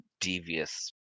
devious